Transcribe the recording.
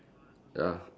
ya